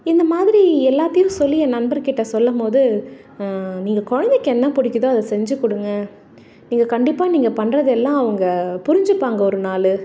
இந்த மாதிரி எல்லாத்தையும் சொல்லி என் நண்பர்கிட்ட சொல்லும்போது நீங்கள் கொழந்தைக்கு என்ன பிடிக்கிதோ அதை செஞ்சு கொடுங்க நீங்கள் கண்டிப்பாக நீங்கள் பண்ணுறது எல்லாம் அவங்க புரிஞ்சுப்பாங்க ஒரு நாள்